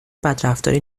بدرفتاری